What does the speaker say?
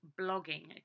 blogging